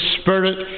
Spirit